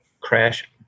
Crash